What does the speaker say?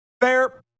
Fair